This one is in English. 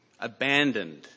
abandoned